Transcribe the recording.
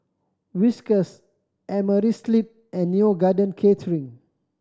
Whiskas Amerisleep and Neo Garden Catering